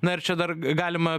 na ir čia dar galima